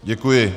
Děkuji.